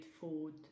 food